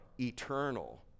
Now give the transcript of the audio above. eternal